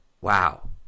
wow